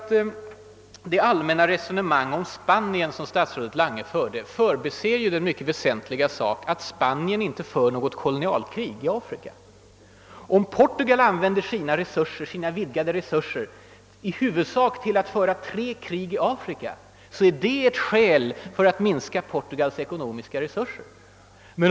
I det allmänna resonemang om Spanien, som statsrådet förde, förbisåg han den mycket väsentliga omständigheten att Spanien inte för något kolonialkrig i Afrika. Om Portugal använder sina vidgade resurser i huvudsak till att föra tre krig i Afrika, är det ett skäl för att minska Portugals ekonomiska resurser.